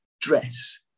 dress